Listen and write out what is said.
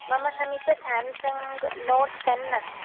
मम समीपे Samsung note ten अस्ति